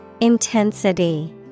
Intensity